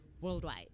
worldwide